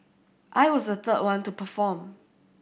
I was the third one to perform